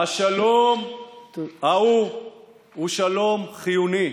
השלום ההוא הוא שלום חיוני.